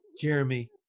Jeremy